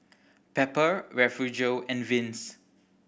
Pepper Refugio and Vince